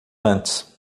antes